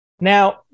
Now